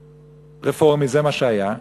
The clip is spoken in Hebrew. רפורמי, זה מה שהיה.